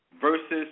versus